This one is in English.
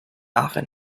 often